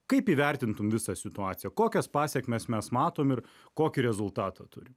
kaip įvertintum visą situaciją kokias pasekmes mes matom ir kokį rezultatą turim